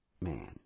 man